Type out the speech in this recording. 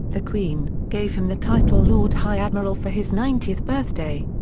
the queen, gave him the title lord high admiral for his ninetieth birthday.